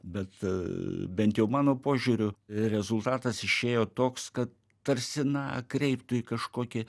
bet aa bent jau mano požiūriu rezultatas išėjo toks kad tarsi na kreiptų į kažkokį